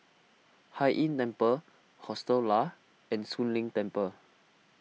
Hai Inn Temple Hostel Lah and Soon Leng Temple